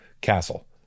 Castle